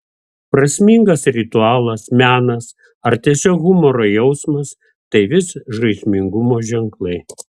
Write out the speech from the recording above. prasmingas ritualas menas ar tiesiog humoro jausmas tai vis žaismingumo ženklai